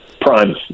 Prime